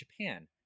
japan